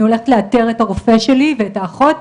הולכת לאתר את הרופא שלי ואת האחות,